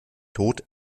tod